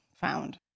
found